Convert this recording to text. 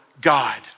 God